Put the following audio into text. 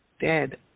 dead